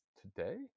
today